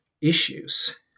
issues